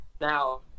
Now